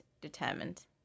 determined